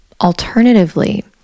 alternatively